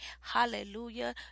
Hallelujah